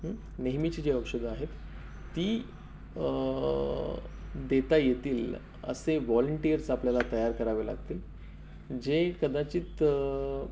नेहमीची जी औषधं आहेत ती देता येतील असे वॉलिंटीयर्स आपल्याला तयार करावे लागतील जे कदाचित